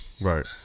right